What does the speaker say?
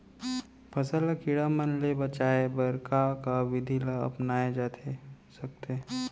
फसल ल कीड़ा मन ले बचाये बर का का विधि ल अपनाये जाथे सकथे?